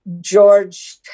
george